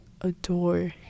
adore